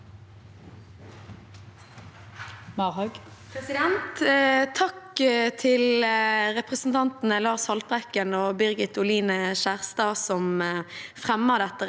Takk til representan- tene Lars Haltbrekken og Birgit Oline Kjerstad, som fremmer dette